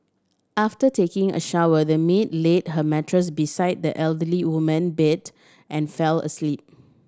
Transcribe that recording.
after taking a shower the maid laid her mattress beside the elderly woman bed and fell asleep